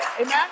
Amen